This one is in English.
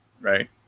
right